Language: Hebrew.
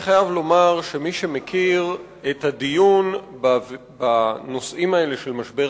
אני חייב לומר שמי שמכיר את הדיון בנושאים האלה של משבר